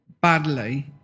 badly